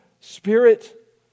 spirit